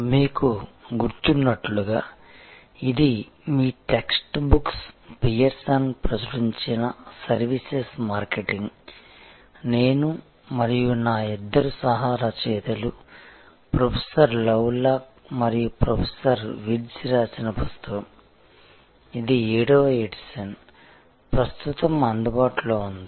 png మీకు గుర్తున్నట్లుగా ఇది మీ టెక్స్ట్ బుక్ పియర్సన్ ప్రచురించిన సర్వీసెస్ మార్కెటింగ్ నేను మరియు నా ఇద్దరు సహ రచయితలు ప్రొఫెసర్ లవ్లాక్ మరియు ప్రొఫెసర్ విర్ట్జ్ రాసిన పుస్తకం ఇది 7 వ ఎడిషన్ ప్రస్తుతం అందుబాటులో ఉంది